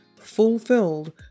fulfilled